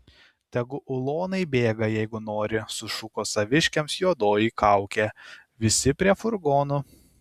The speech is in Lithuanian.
tegu ulonai bėga jeigu nori sušuko saviškiams juodoji kaukė visi prie furgonų